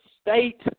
state